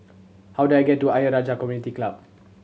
how do I get to Ayer Rajah Community Club